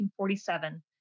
1947